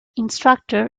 instructor